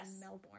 melbourne